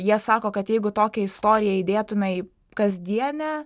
jie sako kad jeigu tokią istoriją įdėtume į kasdienę